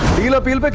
deal appeal. but